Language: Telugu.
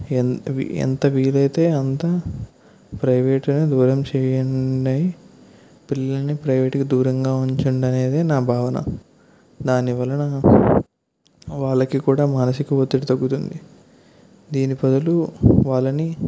ఎన్ వీ ఎంత వీలైతే అంత ప్రైవేటుని దూరం చేయండి పిల్లల్ని ప్రైవేటుకి దూరంగా ఉంచండనేదే నా భావన దాని వలన వాళ్ళకి కూడా మానసిక ఒత్తిడి తగ్గుతుంది దీని బదులు వాళ్ళని